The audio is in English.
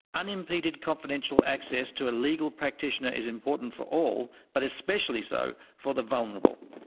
unimpeded confidential access to a legal practitioner is important for all, but especially so for the vulnerable.